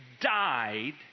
died